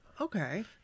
Okay